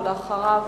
ואחריו,